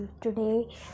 Today